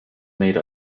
made